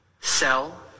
sell